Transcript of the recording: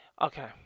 Okay